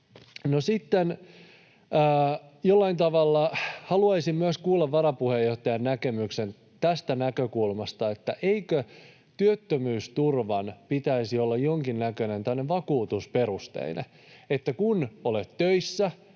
No, sitten jollain tavalla haluaisin myös kuulla varapuheenjohtajan näkemyksen tästä näkökulmasta, että eikö työttömyysturvan pitäisi olla jonkinnäköinen tämmöinen vakuutusperusteinen, että kun olet töissä,